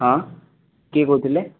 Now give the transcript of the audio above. ହଁ କିଏ କହୁଥିଲେ